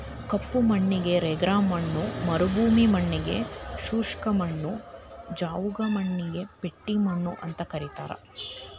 ಕಪ್ಪು ಮಣ್ಣಿಗೆ ರೆಗರ್ ಮಣ್ಣ ಮರುಭೂಮಿ ಮಣ್ಣಗೆ ಶುಷ್ಕ ಮಣ್ಣು, ಜವುಗು ಮಣ್ಣಿಗೆ ಪೇಟಿ ಮಣ್ಣು ಅಂತ ಕರೇತಾರ